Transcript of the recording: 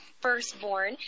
firstborn